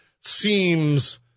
seems